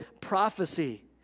prophecy